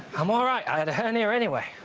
i'm all right. i had a hernia anyway